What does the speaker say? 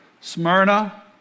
Smyrna